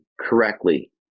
correctly